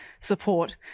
support